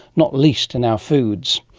not least in our foods.